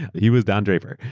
he was don draper.